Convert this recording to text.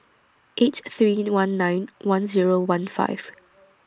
eight three one nine one Zero one five